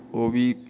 ओह् बी